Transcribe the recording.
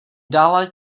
dále